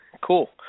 Cool